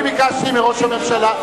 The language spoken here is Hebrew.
אני ביקשתי מראש הממשלה,